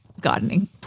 gardening